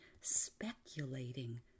speculating